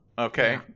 okay